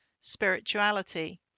spirituality